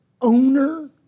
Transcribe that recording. owner